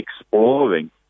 exploring